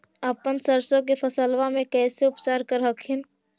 अपन सरसो के फसल्बा मे कैसे उपचार कर हखिन?